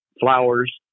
flowers